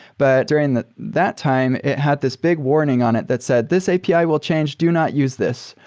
but during that that time, it had this big warning on it that said, this api will change. do not use this.